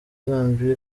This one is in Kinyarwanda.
zambiya